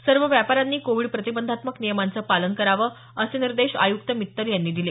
सर्व व्यापाऱ्यांनी कोविड प्रतिबंधात्मक नियमांचं पालन करावं असे निर्देश आयुक्त मित्तल यांनी दिले